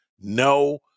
no